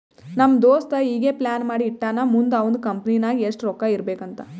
ನಮ್ ದೋಸ್ತ ಈಗೆ ಪ್ಲಾನ್ ಮಾಡಿ ಇಟ್ಟಾನ್ ಮುಂದ್ ಅವಂದ್ ಕಂಪನಿ ನಾಗ್ ಎಷ್ಟ ರೊಕ್ಕಾ ಇರ್ಬೇಕ್ ಅಂತ್